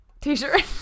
t-shirt